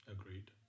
Agreed